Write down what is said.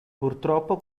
purtroppo